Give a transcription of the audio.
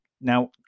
now